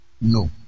No